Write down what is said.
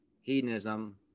hedonism